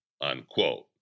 unquote